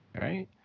Right